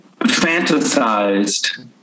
fantasized